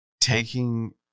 taking